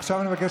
עכשיו אני מבקש